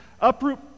uproot